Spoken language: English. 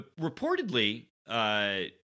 Reportedly